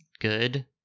good